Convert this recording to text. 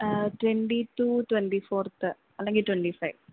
twenty two twenty fourth അല്ലെങ്കിൽ twenty five